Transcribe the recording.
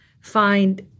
find